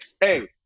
hey